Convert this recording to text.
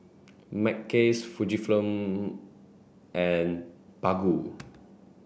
Mackays Fujifilm and Baggu